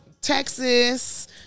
Texas